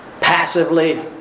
passively